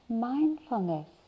Mindfulness